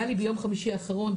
היה לי ביום חמישי האחרון,